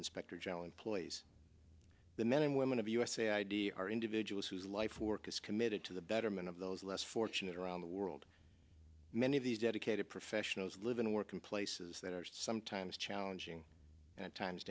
inspector general employees the men and women of the usa i d r individuals whose life work is committed to the betterment of those less fortunate around the world many of these dedicated professionals live in work in places that are sometimes challenging and at times